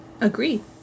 Agree